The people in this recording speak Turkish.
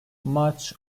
maç